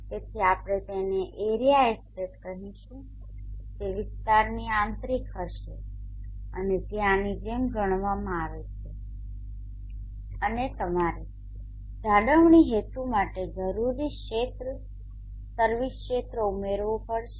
તેથી આપણે તેને એરિયા એસ્ટેટ કહીશું જે વિસ્તારની આંતરિક હશે અને જે આની જેમ ગણવામાં આવે છે અને તમારે જાળવણી હેતુ માટે જરૂરી ક્ષેત્ર સર્વિસ ક્ષેત્ર ઉમેરવો પડશે